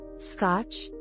Scotch